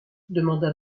demanda